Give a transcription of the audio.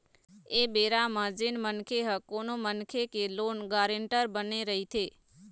ऐ बेरा म जेन मनखे ह कोनो मनखे के लोन गारेंटर बने रहिथे